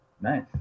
Nice